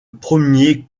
premier